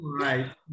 right